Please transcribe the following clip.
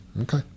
Okay